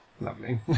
lovely